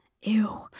Ew